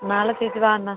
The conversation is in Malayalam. നാളെ ചേച്ചി വരൂ എന്നാൽ